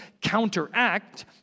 counteract